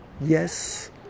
yes